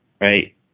right